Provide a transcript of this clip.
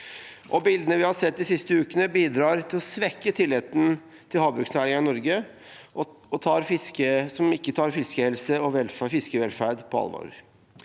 Bildene vi har sett de siste ukene, bidrar til å svekke tilliten til at havbruksnæringen i Norge tar fiskehelse og fiskevelferd på alvor.